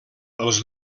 els